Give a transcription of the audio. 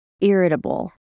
irritable